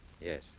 Yes